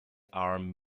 arm